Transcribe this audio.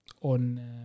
on